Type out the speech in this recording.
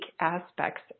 aspects